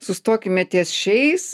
sustokime ties šiais